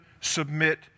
submit